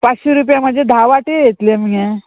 पांचशी रुपया म्हाजे धा वाटे येतले मगे